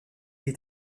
est